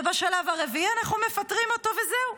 ובשלב הרביעי אנחנו מפטרים אותו וזהו.